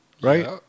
Right